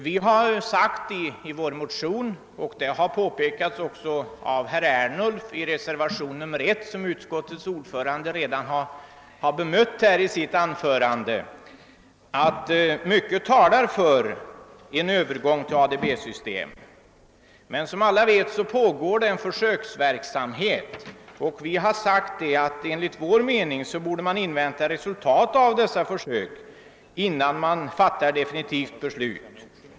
Vi har i vår motion — och det har också påpekats av herr Ernulf i reservationen I, som utskottets ordförande redan har bemött i sitt anförande — framhållit att mycket talar för en övergång till ADB-system. Såsom alla vet pågår det emellertid en försöksverksamhet, och enligt vår mening borde man invänta resultaten av denna innan man fattar definitivt beslut.